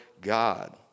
God